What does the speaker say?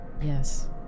Yes